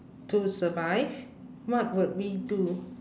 to survive what would we do